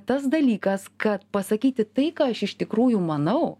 tas dalykas kad pasakyti tai ką aš iš tikrųjų manau